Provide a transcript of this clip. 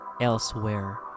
Elsewhere